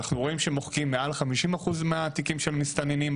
ואנחנו רואים שמוחקים מעל 50% מהתיקים של מסתננים,